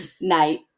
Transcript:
Night